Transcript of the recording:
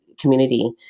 community